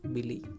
Billy